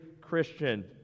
christian